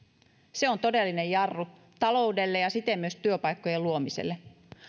se on todellinen jarru taloudelle ja siten myös työpaikkojen luomiselle